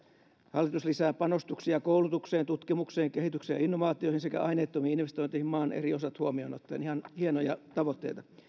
hallitus lisää panostuksia koulutukseen tutkimukseen kehitykseen ja innovaatioihin sekä aineettomiin investointeihin maan eri osat huomioon ottaen ihan hienoja tavoitteita